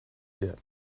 get